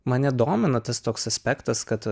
mane domina tas toks aspektas kad